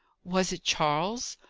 was it charles?